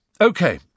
Okay